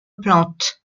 plantes